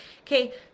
okay